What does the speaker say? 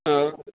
ஆ